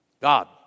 God